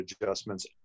adjustments